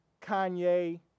Kanye